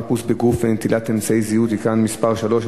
חיפוש בגוף ונטילת אמצעי זיהוי) (תיקון מס' 3),